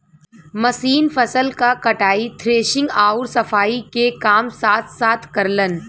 machine फसल क कटाई, थ्रेशिंग आउर सफाई के काम साथ साथ करलन